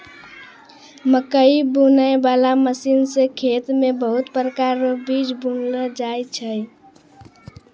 मकैइ बुनै बाला मशीन से खेत मे बहुत प्रकार रो बीज बुनलो जाय छै